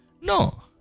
No